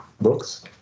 books